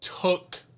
took